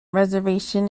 reservation